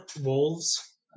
wolves